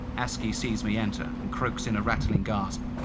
askey sees me enter and croaks in a rattling gasp,